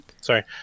sorry